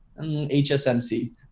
HSMC